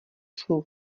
svou